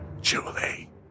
Julie